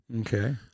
Okay